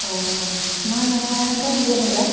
अ मा माया गाज्रि जादोंबा